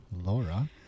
Laura